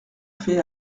fait